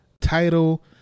title